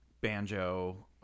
banjo